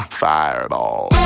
fireball